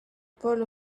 paul